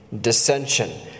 dissension